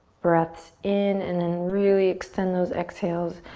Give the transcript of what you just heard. breaths in. and then really extend those exhales.